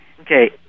Okay